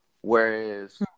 Whereas